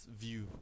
view